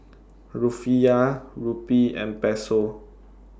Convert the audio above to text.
Rufiyaa Rupee and Peso